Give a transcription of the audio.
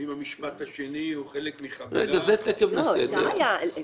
האם המשפט השני הוא חלק מ --- אפשר היה,